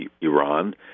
Iran